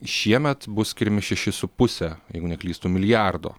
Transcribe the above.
šiemet bus skiriami šeši su puse jeigu neklystu milijardo